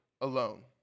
alone